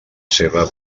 seva